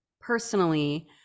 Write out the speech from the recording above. personally